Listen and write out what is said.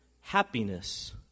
happiness